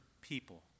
people